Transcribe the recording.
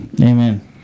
Amen